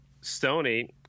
Stoney